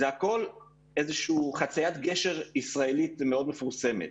זה הכול איזשהו חציית גשר ישראלית מאוד מפורסמת.